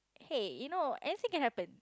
hey you know anything can happen